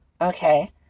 Okay